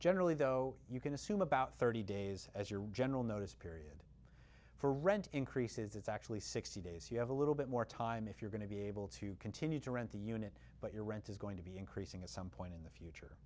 generally though you can assume about thirty days as your general notice period for rent increases it's actually sixty days you have a little bit more time if you're going to be able to continue to rent the unit but your rent is going to be increasing at some point in the future